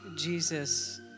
Jesus